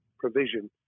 provision